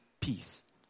peace